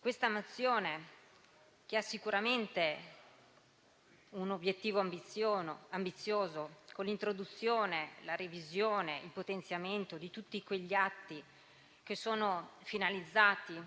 Questa mozione ha sicuramente un obiettivo ambizioso con l'introduzione, la revisione e il potenziamento di tutti gli atti finalizzati